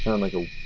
um like a.